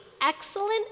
excellent